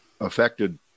affected